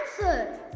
Answer